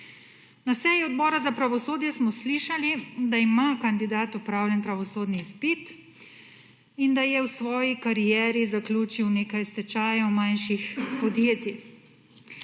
Na seji Odbora za pravosodje smo slišali, da ima kandidat opravljen pravosodni izpit in da je v svoji karieri zaključil nekaj stečajev manjših podjetij.